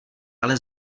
ale